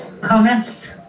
comments